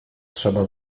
trzeba